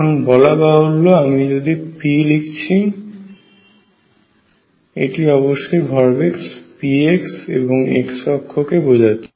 এখানে বলা বাহুল্য আমি যখন p লিখছি এটি অবশ্যই ভরবেগের px এর x অক্ষকে বোঝাচ্ছে